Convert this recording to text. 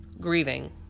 grieving